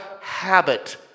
habit